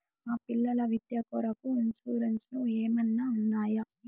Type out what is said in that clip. మా పిల్లల విద్య కొరకు ఇన్సూరెన్సు ఏమన్నా ఉన్నాయా?